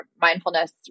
mindfulness